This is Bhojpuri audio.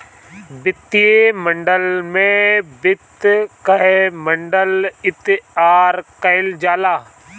वित्तीय मॉडल में वित्त कअ मॉडल तइयार कईल जाला